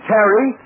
Terry